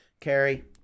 Carrie